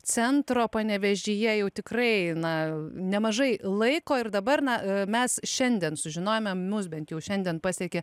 centro panevėžyje jau tikrai na nemažai laiko ir dabar na mes šiandien sužinojome mus bent jau šiandien pasiekė